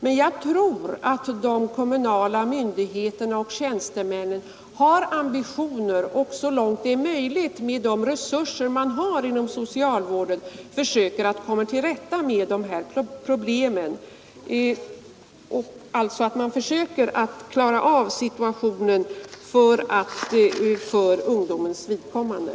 Men jag tror att de kommunala myndigheterna och tjänstemännen har ambitionen att så långt det är möjligt inom ramen för socialvårdens resurser försöka komma till rätta med dessa problem och klara av situationen för ungdomens vidkommande.